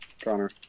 Connor